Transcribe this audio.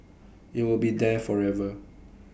IT will be there forever